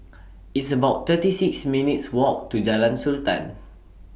It's about thirty six minutes' Walk to Jalan Sultan